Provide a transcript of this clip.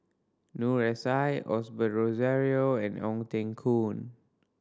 Noor S I Osbert Rozario and Ong Teng Koon